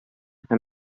һәм